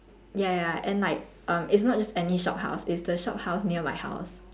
ya ya and like err it's not just any shophouse it's the shophouse near my house